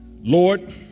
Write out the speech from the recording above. Lord